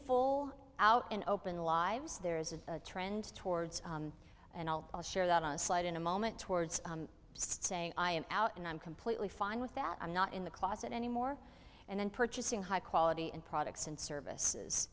full out in open lives there is a trend towards and i'll share that on a slide in a moment towards saying i am out and i'm completely fine with that i'm not in the closet anymore and then purchasing high quality and products and services